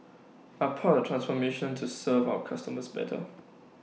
are part transformation to serve our customers better